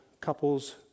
couples